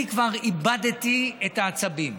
אני כבר איבדתי את העצבים.